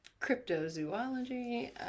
cryptozoology